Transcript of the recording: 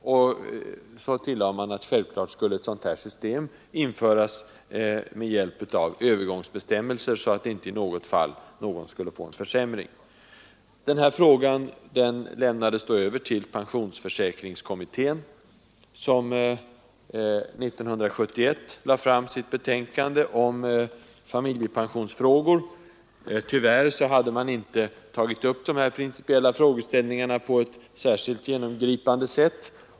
Motionärerna framhöll att ett sådant system självfallet skulle införas med hjälp av övergångsbestämmelser för att undvika försämring av utgående förmåner. Frågan överlämnades till pensionsförsäkringskommittén, som 1971 lade fram sitt betänkande om familjepensionsfrågor. Tyvärr hade man inte tagit upp de här principiella frågeställningarna på ett tillräckligt genomgripande sätt.